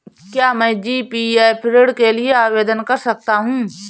क्या मैं जी.पी.एफ ऋण के लिए आवेदन कर सकता हूँ?